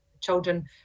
children